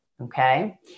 Okay